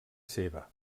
seva